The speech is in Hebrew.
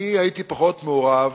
אני הייתי פחות מעורב